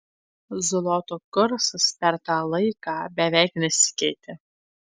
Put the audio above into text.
zloto kursas per tą laiką beveik nesikeitė